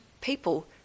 people